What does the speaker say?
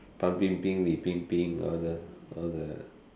fan bing bing li bing bing all the all the